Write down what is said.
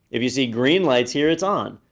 if you see green lights here, it's on.